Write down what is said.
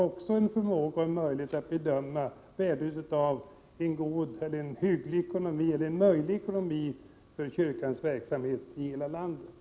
Också de har möjlighet och förmåga att bedöma värdet av en hygglig ekonomi för kyrkans verksamhet i landet i dess helhet.